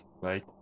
right